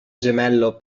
gemello